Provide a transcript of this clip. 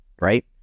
right